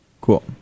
Cool